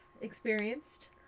experienced